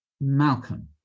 Malcolm